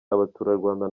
abaturarwanda